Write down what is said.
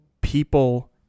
people